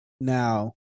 now